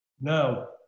Now